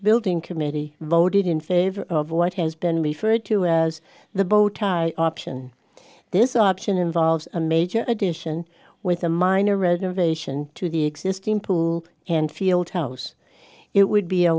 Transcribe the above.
building committee voted in favor of what has been referred to as the boat option this option involves a major addition with a minor reservation to the existing pool and field house it would be a